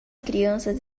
crianças